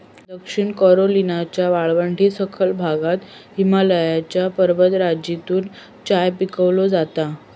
दक्षिण कॅरोलिनाच्या वाळवंटी सखल भागात हिमालयाच्या पर्वतराजीतून चाय पिकवलो जाता